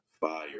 fire